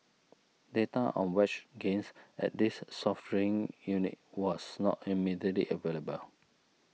data on wage gains at this soft drink unit was not immediately available